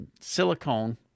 silicone